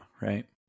right